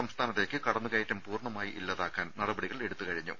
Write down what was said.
സംസ്ഥാനത്തേക്ക് കടന്നുകയറ്റം പൂർണ്ണമായി ഇല്ലാതെയാക്കാൻ നടപടികൾ എടുത്തുകഴിഞ്ഞു